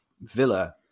Villa